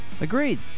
Agreed